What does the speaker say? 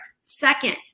second